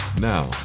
Now